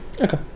Okay